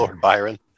Byron